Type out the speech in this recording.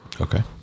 Okay